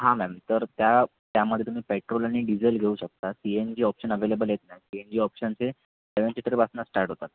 हां मॅम तर त्या त्यामध्ये तुम्ही पेट्रोल आणि डिझेल घेऊ शकता C N G option available आहेत ना सी एन जी ऑप्शनचे सेवन सीटरपासनं स्टार्ट होतात